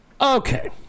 okay